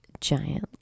giant